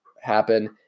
happen